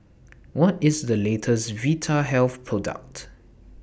What IS The latest Vitahealth Product